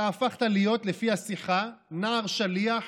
אתה הפכת להיות, לפי השיחה, נער שליח